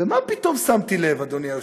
ולמה פתאום שמתי לב, אדוני היושב-ראש?